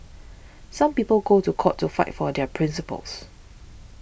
some people go to court to fight for their principles